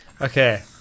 Okay